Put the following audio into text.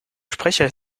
sprecher